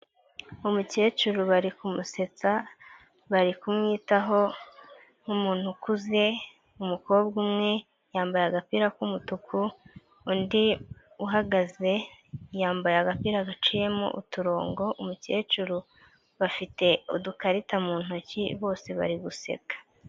Umukecuru bari kumusetsa, bari kumwitaho nk'umuntu ukuze, umukobwa umwe yambaye agapira k'umutuku, undi uhagaze yambaye agapira gaciyemo uturongo, umukecuru bafite udukarita mu ntoki bose bari guseka.